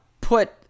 put